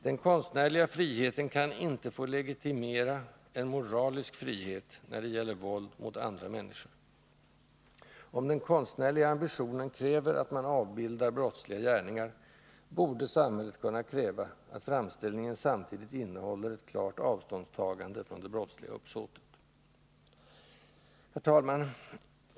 Den konstnärliga friheten kan inte få legitimera en moralisk frihet när det gäller våld mot andra människor. Om den konstnärliga ambitionen kräver att man avbildar brottsliga gärningar, borde samhället kunna kräva att framställningen samtidigt innehåller ett klart avståndstagande från det brottsliga uppsåtet. Herr talman!